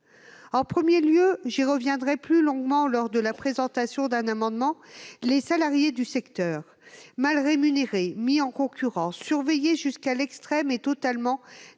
en premier lieu- j'y reviendrai plus longuement en présentant l'un de nos amendements -, les salariés du secteur. Mal rémunérés, mis en concurrence, surveillés jusqu'à l'extrême et totalement déshumanisés,